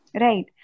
Right